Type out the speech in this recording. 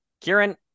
Kieran